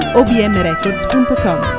obmrecords.com